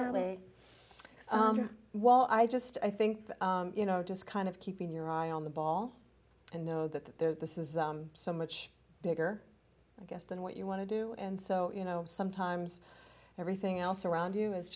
early well i just i think you know just kind of keeping your eye on the ball and know that there's this is so much bigger i guess than what you want to do and so you know sometimes everything else around you is